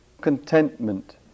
contentment